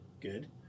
good